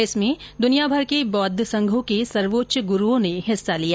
इसमें दुनियाभर के बौद्ध संघों के सर्वोच्च गुरूओं ने हिस्सा लिया